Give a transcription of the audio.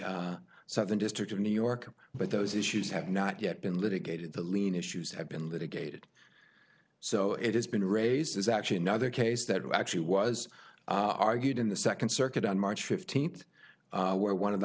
the southern district of new york but those issues have not yet been litigated the lien issues have been litigated so it has been raised is actually another case that actually was argued in the second circuit on march fifteenth where one of the